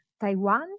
Taiwan